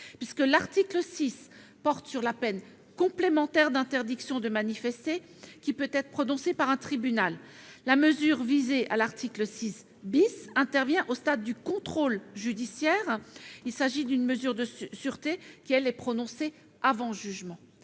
ce dernier porte sur la peine complémentaire d'interdiction de manifester, qui peut être prononcée par le tribunal. En revanche, la mesure visée à l'article 6 intervient au stade du contrôle judiciaire : il s'agit d'une mesure de sûreté prononcée avant jugement.